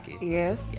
Yes